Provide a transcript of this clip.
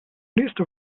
nächste